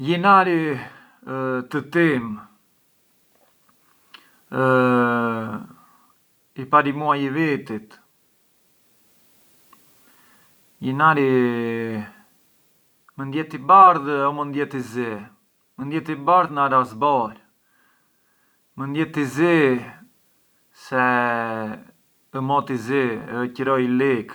Jo ma u ndutu snack, ngë ndutu ha, përçë kërkonj të ha shurbise simplici, ad esempiu menanvet ha klëmsh me di viskote, brumit a prancu e pran u pomeriggiu bunj na merenda me na frutta, per esempiu një bananë, një molle, pran mbrënvenit ha një per esempiu çë di një thele mish, një ncallatë, një piadhine me salmon të këmisurë.